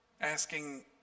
asking